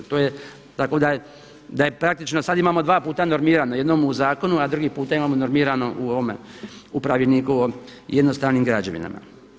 To je, tako da je praktično sad imamo dva puta normirano u zakonu, a drugi puta imamo normirano u ovome, u Pravilniku o jednostavnim građevinama.